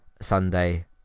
Sunday